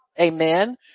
Amen